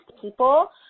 people